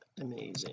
amazing